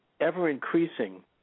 ever-increasing